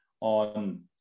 on